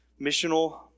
missional